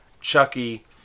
Chucky